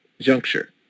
juncture